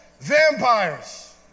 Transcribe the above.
Vampires